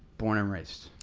born and raised.